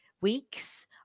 weeks